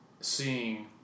seeing